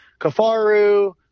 Kafaru